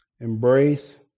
embrace